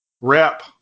rep